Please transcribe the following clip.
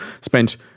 spent